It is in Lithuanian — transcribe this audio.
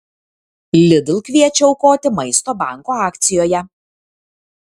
lidl kviečia aukoti maisto banko akcijoje